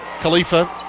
Khalifa